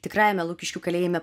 tikrajame lukiškių kalėjime